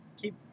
keep